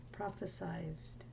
prophesized